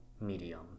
medium